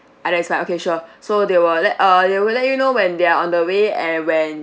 either aspect okay sure so they will let err they will let you know when they are on the way and when